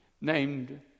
Named